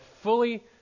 fully